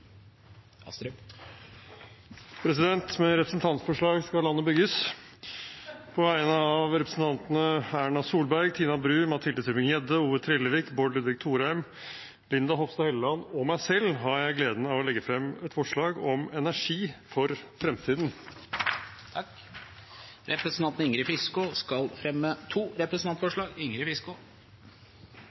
Med representantforslag skal landet bygges! På vegne av representantene Erna Solberg, Tina Bru, Mathilde Tybring-Gjedde, Ove Trellevik, Bård Ludvig Thorheim, Linda Hofstad Helleland og meg selv har jeg gleden av å legge frem et forslag om energi for fremtiden. Representanten Ingrid Fiskaa skal legge fram to representantforslag.